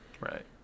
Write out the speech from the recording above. right